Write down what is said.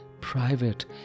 private